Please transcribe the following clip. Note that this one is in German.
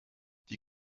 die